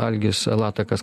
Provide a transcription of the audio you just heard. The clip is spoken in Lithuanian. algis latakas